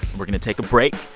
we're going to take a break.